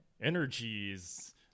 Energies